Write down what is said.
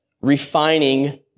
refining